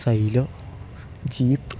silo jeep